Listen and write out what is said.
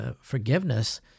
forgiveness